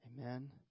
Amen